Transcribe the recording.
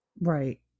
right